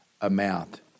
amount